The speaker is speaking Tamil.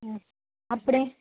அப்படியே